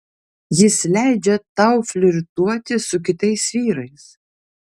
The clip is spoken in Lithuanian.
jis leidžia tau flirtuoti su kitais vyrais